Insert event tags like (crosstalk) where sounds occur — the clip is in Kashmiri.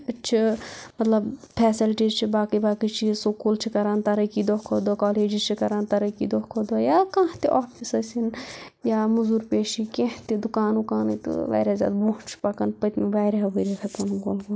چھِ مطلب فیسلٹیٖز چھِ باقٕے باقٕے چیٖز سکوٗل چھِ کران ترقی دۄہ کھۄتہٕ دۄہ کالجٕز چھِ کران ترقی دۄہ کھۄتہٕ دۄہ یا کانٛہہ تہِ آفِس ٲسنۍ یا موٚزوٗر پیشہٕ کیٚنٛہہ تہِ دُکان وُکانٕے تہٕ واریاہ زیادٕ برونٹھ چھِ پکان پٔتمہِ واریاہَو ؤرۍ یَو (unintelligible) کۄلگوم